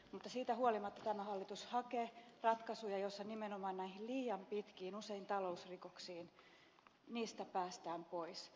mutta siitä huolimatta tämä hallitus hakee ratkaisuja joissa nimenomaan näistä liian pitkistä usein talousrikoksiin liittyvistä jutuista päästään pois